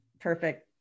perfect